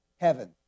Heaven